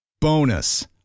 Bonus